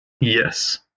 Yes